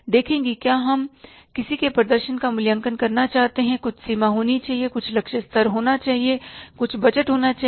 देखें कि क्या हम किसी के प्रदर्शन का मूल्यांकन करना चाहते हैं कुछ सीमा होनी चाहिए कुछ लक्ष्य स्तर होना चाहिए कुछ बजट होना चाहिए